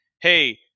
hey